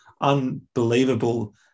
Unbelievable